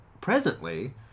presently